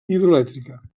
hidroelèctrica